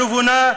הנבונה,